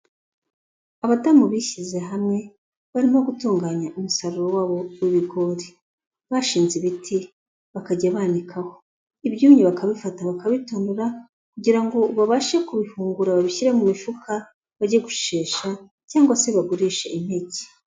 Abadamu bishyize hamwe, barimo gutunganya umusaruro wabo w'ibigori, bashinze ibiti, bakajya banikaho, ibyumye bakabifata bakabitonora, kugira ngo babashe kubifungura babishyire mu mifuka bajye gushesha, cyangwa se bagurishe impeke.